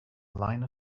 line